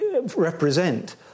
represent